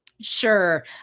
Sure